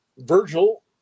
Virgil